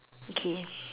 okay